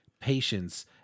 patience